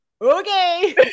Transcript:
okay